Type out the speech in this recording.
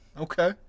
Okay